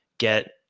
get